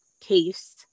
case